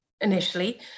initially